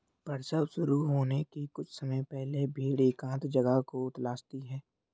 प्रसव शुरू होने के कुछ समय पहले भेड़ एकांत जगह को तलाशती है